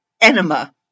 enema